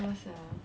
ya sia